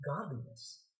godliness